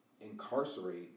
incarcerate